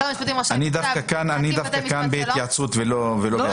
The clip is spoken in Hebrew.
אני דווקא כאן חושב שזה צריך להיות בהתייעצות ולא בהסכמה.